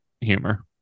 humor